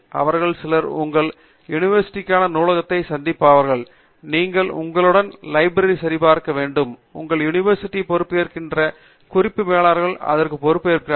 அவர்களில் சிலர் உங்கள் யுனிவர்சிட்டிகான நூலகதை சந்திப்பார்கள் நீங்கள் உங்கள் லைப்ரரியுடன் சரிபார்க்க வேண்டும் உங்கள் யுனிவர்சிட்டிகுப் பொறுப்பேற்கிற குறிப்பு மேலாளர்கள் இதற்கு பொறுப்பேற்பார்கள்